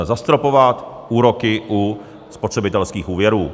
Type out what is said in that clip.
Zastropovat úroky u spotřebitelských úvěrů.